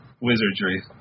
wizardry